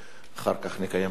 אחר כך נקיים הצבעה.